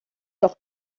doch